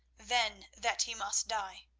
then that he must die.